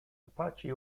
apache